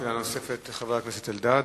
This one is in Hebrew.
שאלה נוספת לחבר הכנסת אריה אלדד.